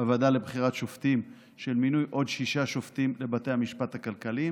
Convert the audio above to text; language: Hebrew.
בוועדה לבחירת שופטים של מינוי עוד שישה שופטים לבתי המשפט הכלכליים.